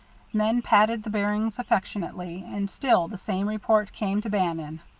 men patted the bearings affectionately, and still the same report came to bannon,